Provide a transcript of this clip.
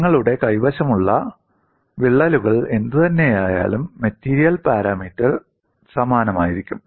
നിങ്ങളുടെ കൈവശമുള്ള വിള്ളലുകൾ എന്തുതന്നെയായാലും മെറ്റീരിയൽ പാരാമീറ്റർ സമാനമായിരിക്കും